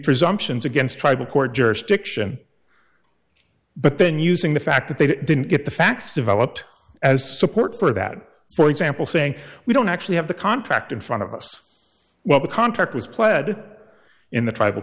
presumptions against tribal court jurisdiction but then using the fact that they didn't get the facts developed as support for that for example saying we don't actually have the contract in front of us well the contract was pled in the tribal